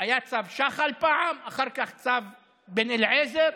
היה צו שחל פעם, אחר כך צו בן אליעזר,